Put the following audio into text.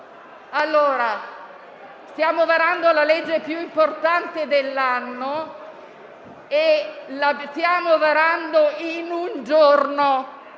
cortesia? Stiamo varando la legge più importante dell'anno e lo stiamo facendo in un giorno.